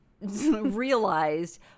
realized